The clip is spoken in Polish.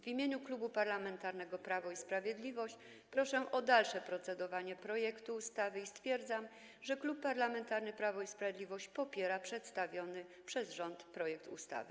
W imieniu Klubu Parlamentarnego Prawo i Sprawiedliwość proszę o dalsze procedowanie nad projektem ustawy i stwierdzam, że Klub Parlamentarny Prawo i Sprawiedliwość popiera przedstawiony przez rząd projekt ustawy.